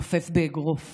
נופף באגרוף